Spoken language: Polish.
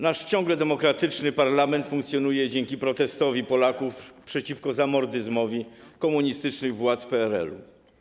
Nasz ciągle demokratyczny parlament funkcjonuje dzięki protestowi Polaków przeciwko zamordyzmowi komunistycznych władz PRL-u.